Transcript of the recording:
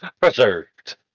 Preserved